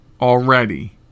already